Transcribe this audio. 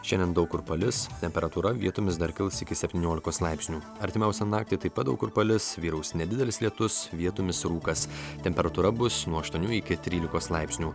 šiandien daug kur palis temperatūra vietomis dar kils iki septyniolikos laipsnių artimiausią naktį taip pat daug kur palis vyraus nedidelis lietus vietomis rūkas temperatūra bus nuo aštuonių iki trylikos laipsnių